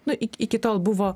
nu iki iki tol buvo